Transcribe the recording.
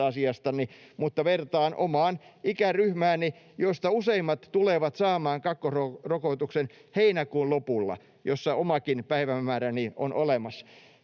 mutta vertaan omaan ikäryhmääni, josta useimmat tulevat saamaan kakkosrokotuksen heinäkuun lopulla, jossa omakin päivämääräni on olemassa.